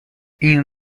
این